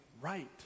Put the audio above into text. right